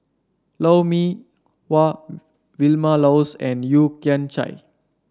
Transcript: Lou Mee Wah Vilma Laus and Yeo Kian Chai